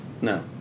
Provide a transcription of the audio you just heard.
No